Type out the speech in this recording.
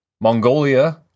Mongolia